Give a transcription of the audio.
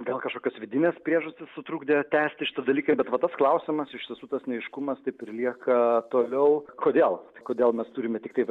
gal kažkokios vidinės priežastys sutrukdė tęsti šitą dalyką bet va tas klausimas iš tiesų tas neaiškumas taip ir lieka toliau kodėl kodėl mes turime tiktai va